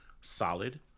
solid